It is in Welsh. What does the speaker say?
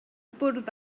bwrdd